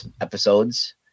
episodes